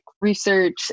research